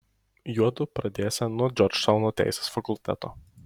juodu pradėsią nuo džordžtauno teisės fakulteto